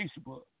Facebook